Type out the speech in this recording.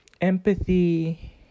empathy